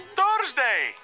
Thursday